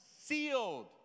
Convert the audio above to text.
sealed